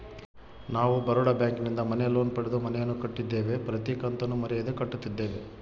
ನಾವು ಬರೋಡ ಬ್ಯಾಂಕಿನಿಂದ ಮನೆ ಲೋನ್ ಪಡೆದು ಮನೆಯನ್ನು ಕಟ್ಟಿದ್ದೇವೆ, ಪ್ರತಿ ಕತ್ತನ್ನು ಮರೆಯದೆ ಕಟ್ಟುತ್ತಿದ್ದೇವೆ